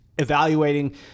evaluating